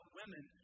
women